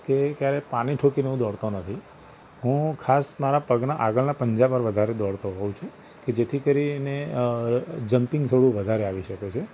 કે ક્યારે પાણી ઠોકીને હું દોડતો નથી હું ખાસ મારા પગના આગળના પંજા પર વધારે દોડતો હોવ છુ કે જેથી કરીને જમ્પિંગ થોડું વધારે આવી શકે છે